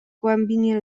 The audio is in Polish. głębinie